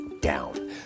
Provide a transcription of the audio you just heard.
down